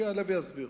הוא יעלה ויסביר.